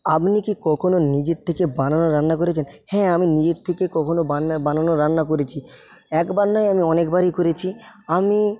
আপনি কি কখনো নিজের থেকে বানানো রান্না করেছেন হ্যাঁ আমি নিজের থেকে কখনো বানানো রান্না করেছি একবার নয় আমি অনেকবারই করেছি আমি